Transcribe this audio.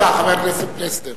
חבר הכנסת פלסנר,